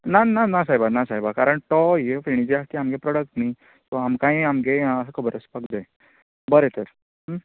ना ना ना सायबा ना सायबा कारण तो हे फेणीचे आख्खे आमगे प्रॉडक न्ही तो आमकांय आमगे ह्या खबर आसपाक जाय बरें तर